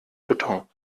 beton